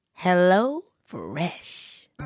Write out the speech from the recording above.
HelloFresh